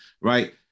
right